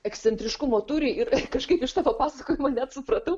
ekscentriškumo turi ir kažkaip iš to pasakojimo net supratau